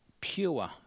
pure